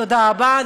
תודה רבה.